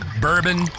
bourbon